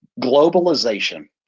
globalization